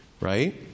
Right